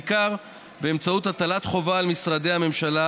בעיקר באמצעות הטלת חובה על משרדי הממשלה